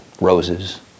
roses